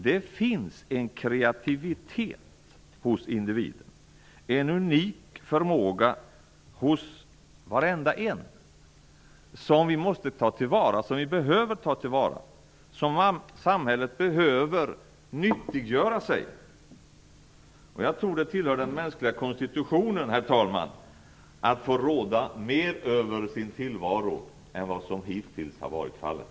Det finns en kreativitet hos individerna, en unik förmåga hos var och en som vi måste ta till vara och som samhället behöver nyttiggöra sig. Jag tror, herr talman, att det tillhör den mänskliga konstitutionen att vilja råda mer över sin tillvaro än vad som hittills har varit fallet.